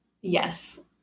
Yes